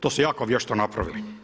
To su jako vješto napravili.